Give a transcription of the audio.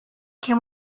can